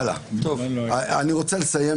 אני רוצה לסיים